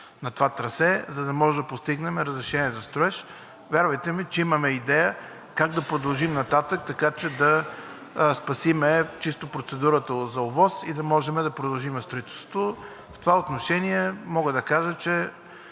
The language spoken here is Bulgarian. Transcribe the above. на това трасе, за да може да постигнем разрешение за строеж. Вярвайте ми, че имаме идея как да продължим нататък, така че да спасим чисто процедурата за ОВОС и да можем да продължим строителството. В това отношение – мога да съм